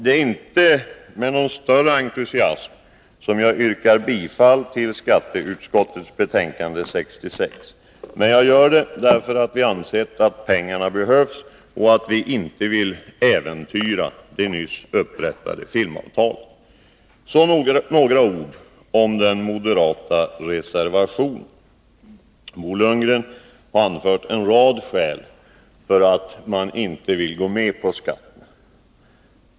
Det är inte med någon större entusiasm som jag yrkar bifall till skatteutskottets hemställan i betänkandet 66, men jag gör det därför att vi ansett att pengarna behövs och att vi inte vill äventyra det nyss upprättade filmavtalet. Så några ord om den moderata reservationen. Bo Lundgren har anfört en rad skäl för att moderaterna inte vill gå med på skatten.